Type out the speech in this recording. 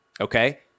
okay